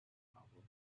problem